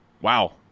Wow